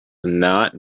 not